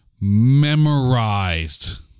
memorized